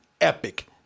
epic